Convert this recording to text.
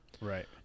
Right